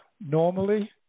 Normally